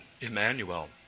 Emmanuel